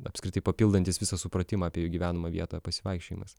apskritai papildantis visą supratimą apie jų gyvenamą vietą pasivaikščiojimas